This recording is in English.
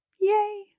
Yay